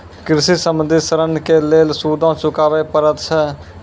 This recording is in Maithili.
कृषि संबंधी ॠण के लेल सूदो चुकावे पड़त छै?